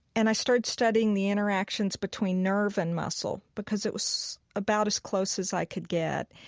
and i started studying the interactions between nerve and muscle because it was about as close as i could get.